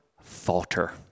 falter